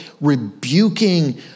rebuking